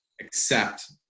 accept